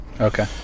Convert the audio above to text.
Okay